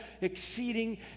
exceeding